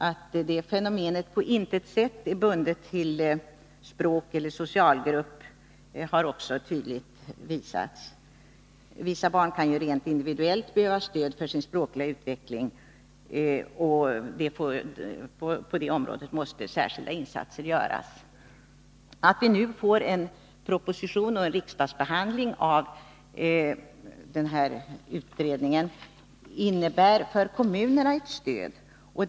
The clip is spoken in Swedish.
Att det fenomenet på intet sätt är bundet till språkeller socialgrupp har också tydligt visats. Vissa barn kan ju rent individuellt behöva stöd för sin språkliga utveckling. På det området måste särskilda insatser göras. Att vi nu får en proposition och en riksdagsbehandling av utredningens resultat kommer att innebära ett stöd för kommunerna.